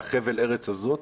לחבל הארץ הזה,